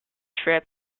trip